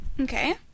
Okay